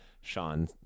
sean